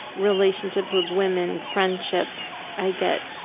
relationships with women friendships, i get,